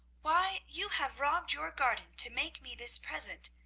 why, you have robbed your garden to make me this present.